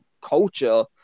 culture